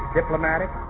diplomatic